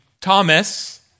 Thomas